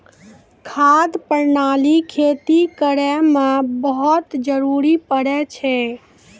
खाद प्रणाली खेती करै म बहुत जरुरी पड़ै छै